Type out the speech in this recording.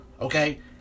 okay